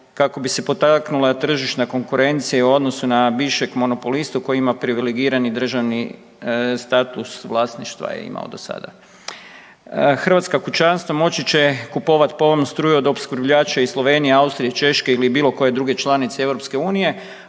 kako bi se potaknula tržišna konkurencija u odnosu na bivšeg monopolistu koji ima privilegirani državni status vlasništva, je imao do sada. Hrvatska kućanstva moći će kupovati povoljnu struju od opskrbljivača iz Slovenije, Austrije, Češke ili bilo koje druge članice EU,